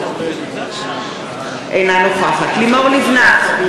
אינה נוכחת לימור לבנת,